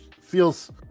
feels